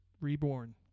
Reborn